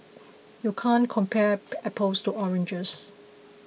you can't compare apples to oranges